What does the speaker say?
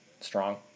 strong